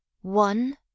One